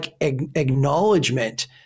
acknowledgement